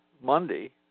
Monday